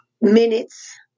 minutes